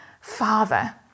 Father